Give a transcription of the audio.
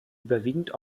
überwiegend